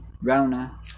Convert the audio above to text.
Rona